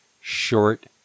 short